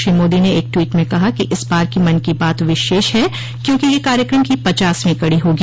श्री मोदी ने एक ट्वीट में कहा कि इस बार की मन की बात विशेष है क्योंकि यह कार्यक्रम की पचासवीं कड़ी होगी